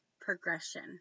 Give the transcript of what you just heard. progression